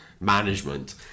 management